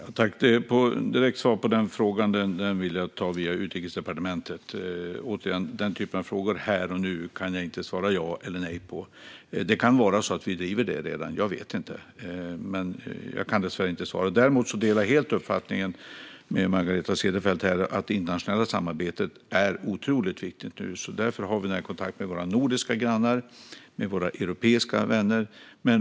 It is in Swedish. Herr talman! Ett direkt svar är att den frågan vill jag ta via Utrikesdepartementet. Den typen av frågor kan jag här och nu inte svara ja eller nej på. Det kan vara så att vi driver den frågan redan - jag vet inte. Jag kan dessvärre inte svara. Däremot delar jag helt uppfattning med Margareta Cederfelt att internationellt samarbete är otroligt viktigt. Därför har vi kontakt med våra nordiska grannar och med våra europeiska vänner.